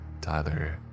Tyler